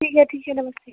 ठीक है ठीक है नमस्ते